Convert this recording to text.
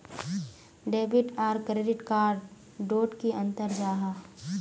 Debit आर credit card डोट की अंतर जाहा?